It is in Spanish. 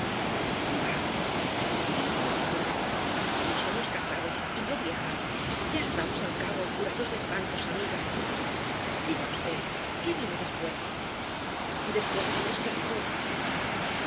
dijo doña aurora todos somos casados y yo vieja ya estamos al cabo y curados de espantos amiga siga v qué vino después después vino esclavitud